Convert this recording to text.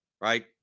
right